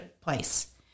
place